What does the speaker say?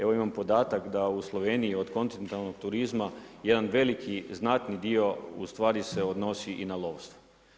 Evo imam podatak da u Sloveniji od kontinentalnog turizma jedan veliki, znatni dio u stvari se odnosi i na lovstvo.